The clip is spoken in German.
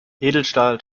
edelstahl